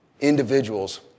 individuals